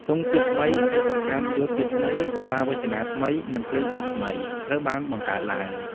ទង់ជាតិថ្មី ឯកសណ្ឋានយោធាថ្មី បាវចនាថ្មី និងភ្លេងជាតិថ្មី ត្រូវបានបង្កើតឡើង។